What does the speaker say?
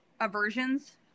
aversions